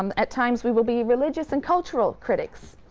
um at times we will be religious and cultural critics.